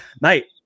mate